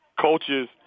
coaches –